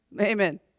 Amen